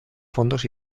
fondos